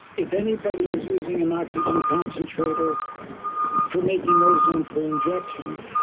if anybody is using an oxygen concentrator for making ozone for injection,